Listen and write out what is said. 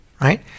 right